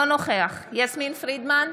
נוכח יסמין פרידמן,